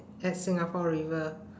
at singapore river